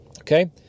Okay